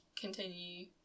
continue